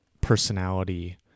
personality